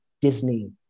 Disney